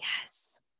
Yes